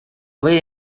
lay